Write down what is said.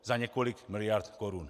Za několik miliard korun.